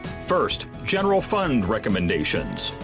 first, general fund recommendations.